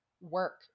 work